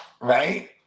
Right